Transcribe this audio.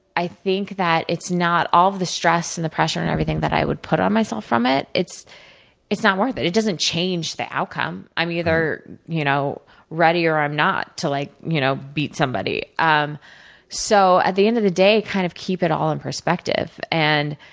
i think that it's not all of the stress, and the pressure, and everything that i would put on myself from it, it's it's not worth it. it doesn't change the outcome. i'm either you know ready, or i'm not to like you know beat somebody. um so, at the end of the day, kind of keep it all in perspective. and,